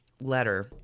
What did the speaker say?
letter